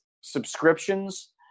subscriptions